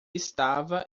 estava